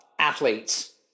athletes